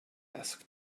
asked